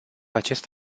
acest